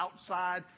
outside